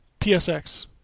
PSX